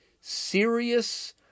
serious